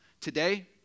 today